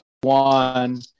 one